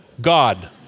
God